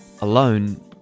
alone